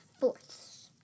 fourths